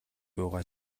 буйгаа